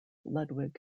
ludwig